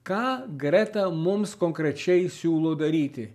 ką greta mums konkrečiai siūlo daryti